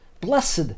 Blessed